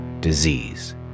disease